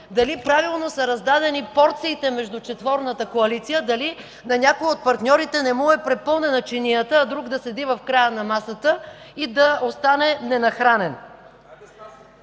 дали правилно са раздадени порциите между четворната коалиция, дали на някой от партньорите не му е препълнена чинията, а друг да седи в края на масата и да остане ненахранен.